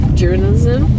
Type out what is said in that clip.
journalism